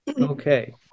Okay